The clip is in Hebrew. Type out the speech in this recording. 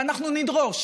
ואנחנו נדרוש